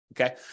okay